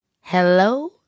Hello